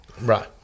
right